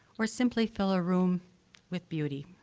or simply fill a room with beauty.